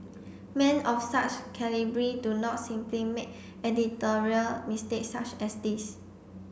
men of such calibre do not simply make editorial mistakes such as this